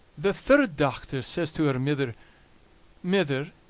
the third dochter says to her mither mither,